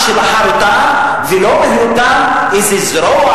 ההצעה להעביר את הנושא לוועדת החינוך,